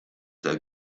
der